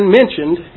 mentioned